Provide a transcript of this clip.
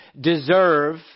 deserve